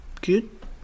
good